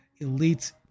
elites